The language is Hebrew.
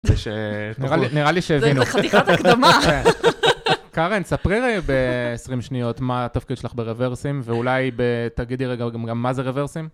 זה ש... נראה לי שהבינו. זה חתיכת הקדמה. קארן, ספרי ב-20 שניות מה התפקיד שלך ברברסים, ואולי תגידי רגע גם מה זה רברסים.